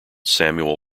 samuel